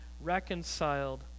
reconciled